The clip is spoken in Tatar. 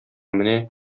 менә